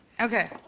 Okay